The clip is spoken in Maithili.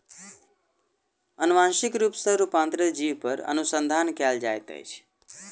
अनुवांशिक रूप सॅ रूपांतरित जीव पर अनुसंधान कयल जाइत अछि